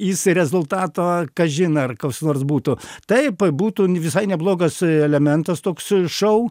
jis rezultato kažin ar kas nors būtų taip būtų visai neblogas elementas toks šou